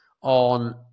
on